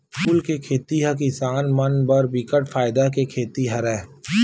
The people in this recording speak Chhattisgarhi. फूल के खेती ह किसान मन बर बिकट फायदा के खेती हरय